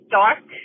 dark